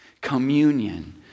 communion